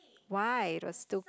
why it was too